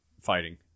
fighting